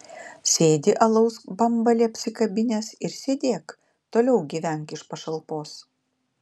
sėdi alaus bambalį apsikabinęs ir sėdėk toliau gyvenk iš pašalpos